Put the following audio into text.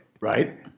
Right